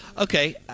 Okay